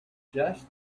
just